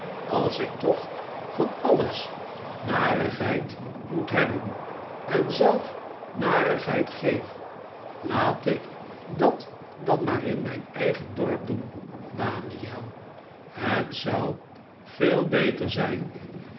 als ik toch van alles narigheid moet hebben en zelf narigheid geef laat ik dat dan maar in mijn eigen dorp doen daniel het zou veel beter zijn